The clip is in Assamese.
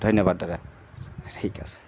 ধন্যবাদ দাদা ঠিক আছে